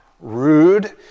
rude